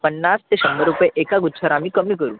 पन्नास ते शंभर रुपये एका गुच्छावर आम्ही कमी करू